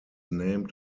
named